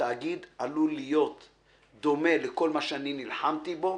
התאגיד עלול להיות דומה לכל מה שנלחמתי בו